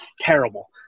Terrible